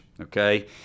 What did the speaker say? okay